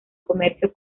comercio